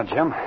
Jim